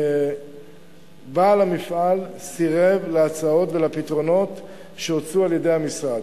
שבעל המפעל סירב להצעות ולפתרונות שהוצעו על-ידי המשרד.